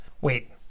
Wait